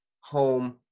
home